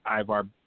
Ivar